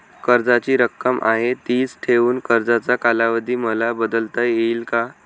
कर्जाची रक्कम आहे तिच ठेवून कर्जाचा कालावधी मला बदलता येईल का?